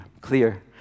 clear